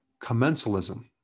commensalism